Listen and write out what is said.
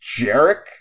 jarek